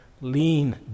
lean